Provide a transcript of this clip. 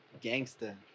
gangster